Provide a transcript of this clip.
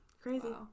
crazy